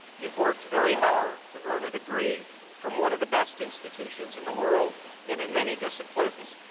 you've worked very hard to earn a degree from one of the best institutions in the world and in many disciplines,